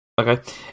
Okay